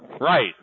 Right